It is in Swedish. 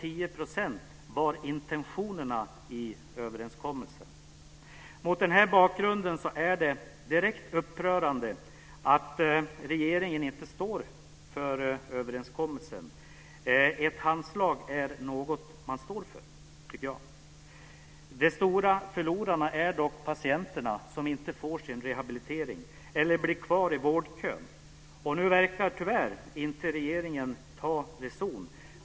Intentionerna i överenskommelsen innefattade uppemot Det är direkt upprörande att regeringen inte står för denna överenskommelse. Jag tycker att ett handslag är något som man står för. De stora förlorarna är patienterna, som inte får sin rehabilitering eller blir kvar i vårdkön. Nu verkar regeringen tyvärr inte ta reson.